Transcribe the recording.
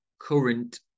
current